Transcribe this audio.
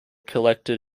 collected